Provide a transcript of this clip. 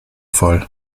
voll